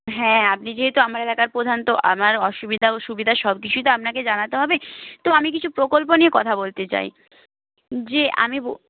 হ্যাঁ আপনি যেহেতু আমার এলাকার প্রধান তো আমার অসুবিধা ও সুবিধা সব কিছুই তো আপনাকে জানাতে হবে তো আমি কিছু প্রকল্প নিয়ে কথা বলতে চাই যে আমি